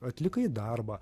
atlikai darbą